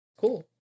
Cool